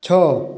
ଛଅ